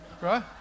Right